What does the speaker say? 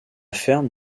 ferme